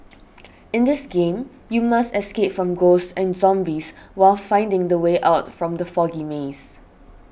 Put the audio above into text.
in this game you must escape from ghosts and zombies while finding the way out from the foggy maze